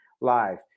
live